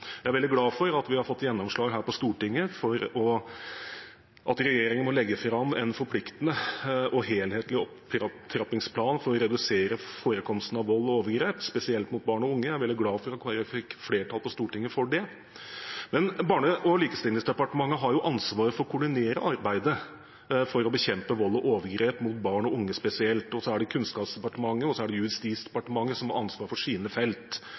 Jeg er veldig glad for at vi har fått gjennomslag her på Stortinget for at regjeringen må legge fram en forpliktende og helhetlig opptrappingsplan for å redusere forekomsten av vold og overgrep, spesielt mot barn og unge. Jeg er veldig glad for at Kristelig Folkeparti fikk flertall på Stortinget for det. Barne- og likestillingsdepartementet har jo ansvaret for å koordinere arbeidet for å bekjempe vold og overgrep mot barn og unge spesielt, og så er det Kunnskapsdepartementet og Justisdepartementet som har ansvaret for sine felt.